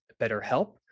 BetterHelp